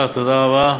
תודה רבה.